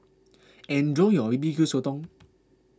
enjoy your B B Q Sotong